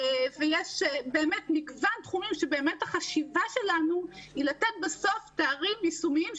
יש באמת מגוון תחומים שהחשיבה שלנו היא לתת בסוף תארים יישומיים,